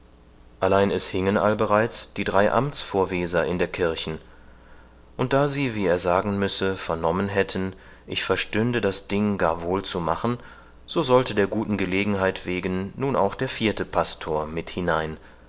allein es hingen allbereits die drei amtsvorweser in der kirchen und da sie wie er sagen müsse vernommen hätten ich verstünde das ding gar wohl zu machen so sollte der guten gelegenheit wegen nun auch der vierte pastor mit hinein